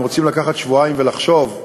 אם רוצים לקחת שבועיים ולחשוב,